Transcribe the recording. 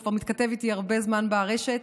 הוא מתכתב איתי הרבה זמן ברשת,